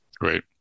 Great